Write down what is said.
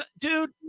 dude